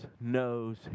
knows